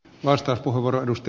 herra puhemies